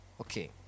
okay